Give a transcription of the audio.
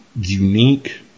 unique